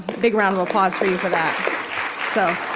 big round of applause for you for that so.